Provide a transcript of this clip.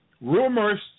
Rumors